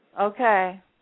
Okay